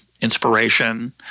inspiration